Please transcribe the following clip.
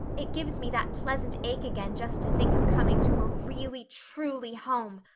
it gives me that pleasant ache again just to think of coming to a really truly home.